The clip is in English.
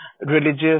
religious